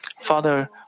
Father